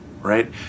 right